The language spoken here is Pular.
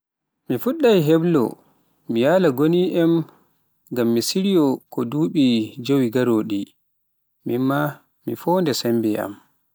Mi fuɗɗoto heblo, mi yaala gonien ngam mi siryo ko duɓi jeewi ngaroɗi, mimma fonda sembe am.